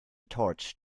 torch